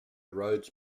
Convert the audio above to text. roads